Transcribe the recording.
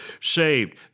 saved